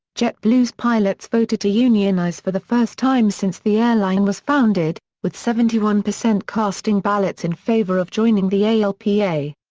jetblue's pilots voted to unionize for the first time since the airline was founded, with seventy one percent casting ballots in favor of joining the alpa.